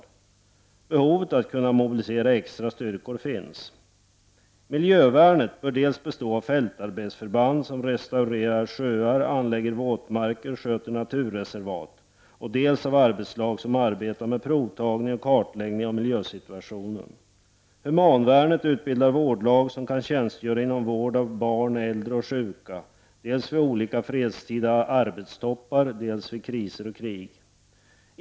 Det finns alltså ett behov av att ha möjligheter att mobilisera extra styrkor. Miljövärnet bör bestå av dels fältarbetsförband som restaurerar sjöar, anlägger våtmarker och sköter naturreservat, dels av arbetslag som arbetar med provtagning och kartläggning av miljösituationen. Humanvärnet utbildar vårdlag som kan tjänstgöra inom vården av barn, äldre och sjuka dels vid olika fredstida arbetstoppar, dels vid kriser och i krig.